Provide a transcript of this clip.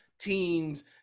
teams